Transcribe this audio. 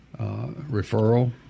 referral